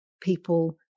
people